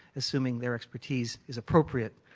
assuming their expertise is appropriate.